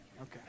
Okay